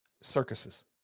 Circuses